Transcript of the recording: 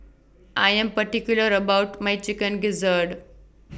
I Am particular about My Chicken Gizzard